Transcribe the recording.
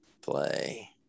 play